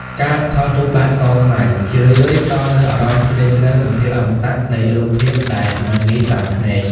ការថតរូបបែបសខ្មៅ ជារឿយៗផ្ដល់នូវអារម្មណ៍ជ្រាលជ្រៅ និងភាពអមតៈនៃរូបភាពដែលមិនងាយស៊ាំភ្នែក។